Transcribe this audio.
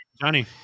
johnny